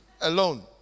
alone